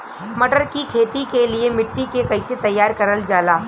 मटर की खेती के लिए मिट्टी के कैसे तैयार करल जाला?